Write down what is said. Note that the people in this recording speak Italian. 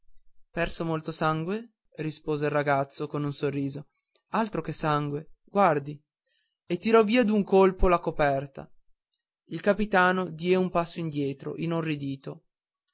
perso molto sangue rispose il ragazzo con un sorriso altro che sangue guardi e tirò via d'un colpo la coperta il capitano diè un passo indietro inorridito